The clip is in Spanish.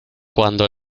cuando